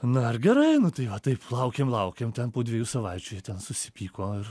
na ir gerai nu tai va taip laukėm laukėm ten po dviejų savaičių jie ten susipyko ir